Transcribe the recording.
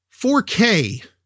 4k